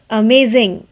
amazing